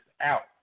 out